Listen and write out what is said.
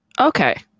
Okay